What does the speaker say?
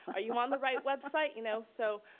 are you on the right website? you know, so,